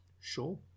Sure